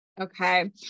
okay